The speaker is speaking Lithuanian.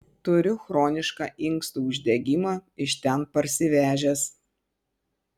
turiu chronišką inkstų uždegimą iš ten parsivežęs